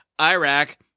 Iraq